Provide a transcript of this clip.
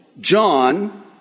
John